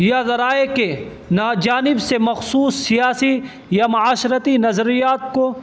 یا ذرائع کے نا جانب سے مخصوص سیاسی یا معاشرتی نظریات کو